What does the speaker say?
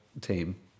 team